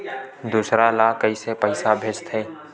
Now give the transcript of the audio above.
दूसरा ला कइसे पईसा भेजथे?